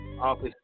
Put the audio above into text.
office